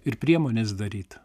ir priemonės daryt